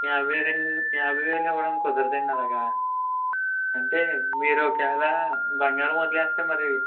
యాభైరెండు యాభైవేలు ఇవ్వడం కుదరదు అండి అలాగా అంటే మీరు ఒకేలా బంగారం వదిలేస్తే మరీ